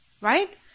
Right